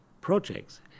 projects